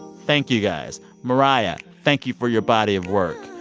thank you guys. mariah, thank you for your body of work.